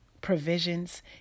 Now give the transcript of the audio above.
provisions